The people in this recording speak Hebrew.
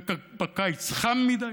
ובקיץ חם מדי,